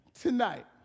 tonight